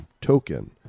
token